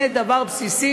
זה דבר בסיסי,